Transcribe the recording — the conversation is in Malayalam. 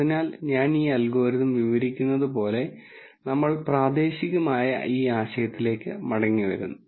അതിനാൽ ഞാൻ ഈ അൽഗോരിതം വിവരിക്കുന്നതു പോലെ നമ്മൾ പ്രാദേശികമായ ഈ ആശയത്തിലേക്ക് മടങ്ങിവരും